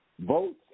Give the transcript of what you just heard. votes